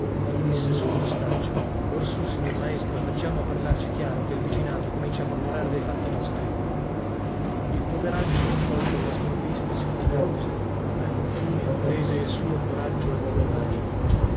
gli disse sul mostaccio orsù signor maestro facciamo a parlarci chiaro chè il vicinato comincia a mormorare dei fatti nostri il poveraccio colto alla sprovvista si confuse ma infine prese il suo coraggio a due mani